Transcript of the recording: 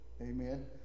Amen